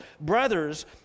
Brothers